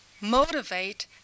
motivate